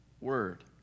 word